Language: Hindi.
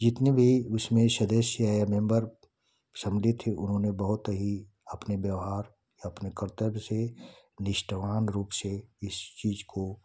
जितने भी उसमें सदस्य या मेम्बर सम्मिलित थे उन्होंने बहुत ही अपने व्यवहार अपने कर्तव्य से निष्ठावान रूप से इस चीज़ को